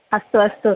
अस्तु अस्तु